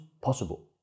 possible